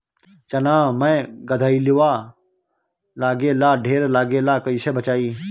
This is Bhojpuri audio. चना मै गधयीलवा लागे ला ढेर लागेला कईसे बचाई?